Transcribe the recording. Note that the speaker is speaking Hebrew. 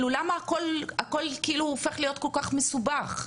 למה הכול הופך להיות כל כך מסובך?